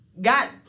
got